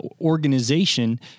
organization